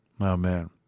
Amen